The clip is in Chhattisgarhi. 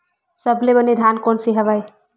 सबले बने धान कोन से हवय?